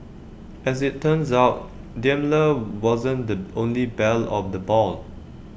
as IT turns out Daimler wasn't the only belle of the ball